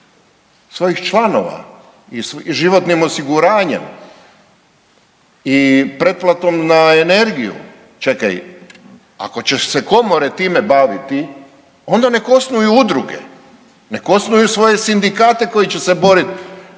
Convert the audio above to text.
svojih članova i životnim osiguranjem i pretplatom na energiju. Čekaj, ako će se komore time baviti onda nek osnuju udruge, nek osnuju svoje sindikate koji će se boriti,